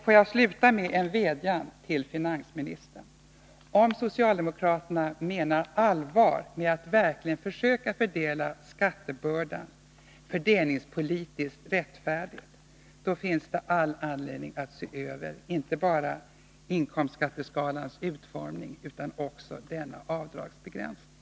Jag vill sluta med en vädjan till finansministern: Om socialdemokraterna menar allvar med att verkligen försöka fördela skattebördorna fördelningspolitiskt rättfärdigt, då finns det all anledning att se över inte bara inkomstskatteskalans utformning utan också denna avdragsbegränsning.